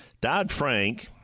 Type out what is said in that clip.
Dodd-Frank